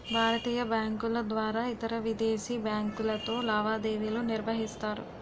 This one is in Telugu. భారతీయ బ్యాంకుల ద్వారా ఇతరవిదేశీ బ్యాంకులతో లావాదేవీలు నిర్వహిస్తారు